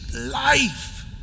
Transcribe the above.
life